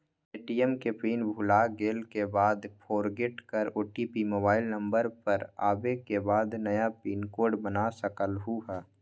ATM के pin भुलागेल के बाद फोरगेट कर ओ.टी.पी मोबाइल नंबर पर आवे के बाद नया पिन कोड बना सकलहु ह?